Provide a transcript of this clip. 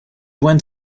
went